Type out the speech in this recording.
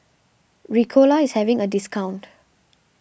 Ricola is having a discount